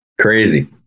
Crazy